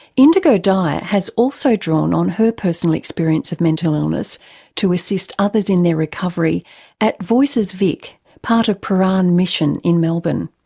indigo daya has also drawn on her personal experience of mental illness to assist others in their recovery at voices vic, part of prahran mission in melbourne.